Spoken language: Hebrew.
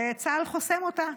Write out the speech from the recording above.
וצה"ל חוסם אותה,